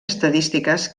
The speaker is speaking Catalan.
estadístiques